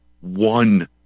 one